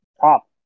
top